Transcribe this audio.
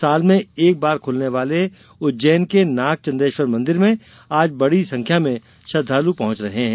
साल में एक बार खुलने वाले उज्जैन के नागचंद्रेश्वर मंदिर में आज बड़ी संख्या में श्रद्वालू पहुंच रहे हैं